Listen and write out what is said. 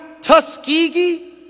Tuskegee